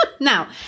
Now